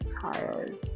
tired